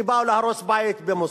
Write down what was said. כשבאו להרוס בית במוסמוס.